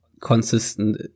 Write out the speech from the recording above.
consistent